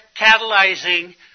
catalyzing